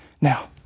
now